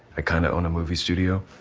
i kind of owned a movie studio.